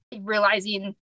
realizing